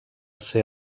ser